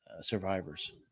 survivors